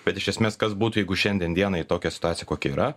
bet iš esmės kas būtų jeigu šiandien dienai tokia situacija kokia yra